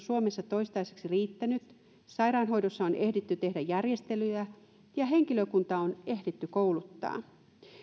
suomessa toistaiseksi riittänyt sairaanhoidossa on ehditty tehdä järjestelyjä ja henkilökuntaa on ehditty kouluttaa